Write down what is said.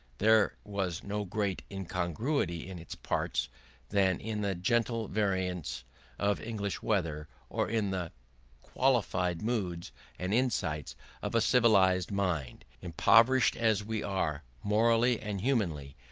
there was no greater incongruity in its parts than in the gentle variations of english weather or in the qualified moods and insights of a civilised mind. impoverished as we are, morally and humanly,